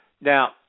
Now